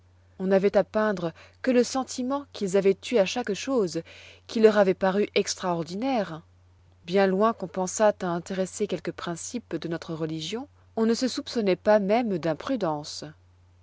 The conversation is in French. on n'avoit à peindre que le sentiment qu'ils avoient eu à chaque chose qui leur avoit paru extraordinaire bien loin qu'on pensât à intéresser quelque principe de notre religion on ne se soupçonnoit pas même d'imprudence